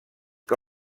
que